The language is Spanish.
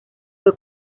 fue